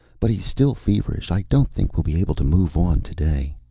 but he's still feverish. i don't think we'll be able to move on today.